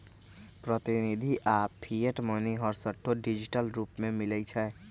प्रतिनिधि आऽ fiat money हरसठ्ठो डिजिटल रूप में मिलइ छै